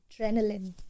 adrenaline